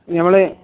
നമ്മള്